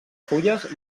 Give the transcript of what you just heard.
fulles